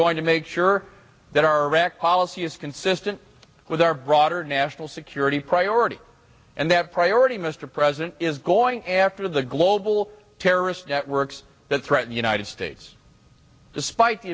going to make sure that our rec policy is consistent with our broader national security priority and that priority mr president is going after the global terrorist networks that threaten the united states despite the